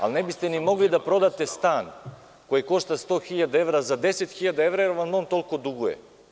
Ali ne biste ni mogli da prodate stan koji košta 100 hiljada evra za 10 hiljada evra, jer vam on toliko duguje.